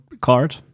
card